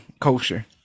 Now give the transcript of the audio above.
culture